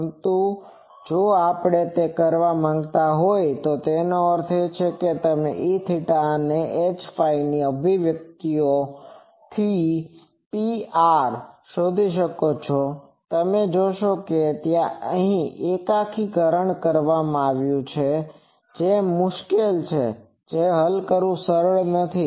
પરંતુ જો આપણે તે કરવા માંગતા હોઇએ તો એનો અર્થ એ કે તમે તે Eθ અને Hφ ના અભિવ્યક્તિઓથી Pr શોધી શકો છો તમે જોશો કે ત્યાં એકીકરણ આવી રહ્યું છે જે મુશ્કેલ છે જે હલ કરવું સરળ નથી